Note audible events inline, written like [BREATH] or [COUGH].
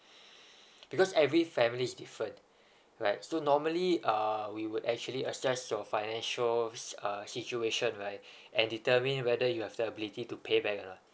[BREATH] because every family is different right so normally uh we would actually assess your financial risk uh situation right and determine whether you have the ability to pay back or not